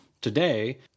today